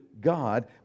God